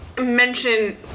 mention